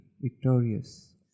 victorious